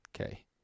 Okay